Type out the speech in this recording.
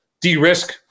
de-risk